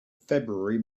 february